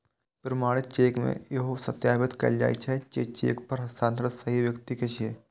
प्रमाणित चेक मे इहो सत्यापित कैल जाइ छै, जे चेक पर हस्ताक्षर सही व्यक्ति के छियै